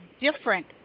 different